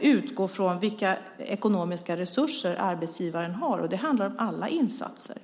utgå från de ekonomiska resurser som arbetsgivaren har. Det handlar om alla insatser.